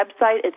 website